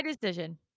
decision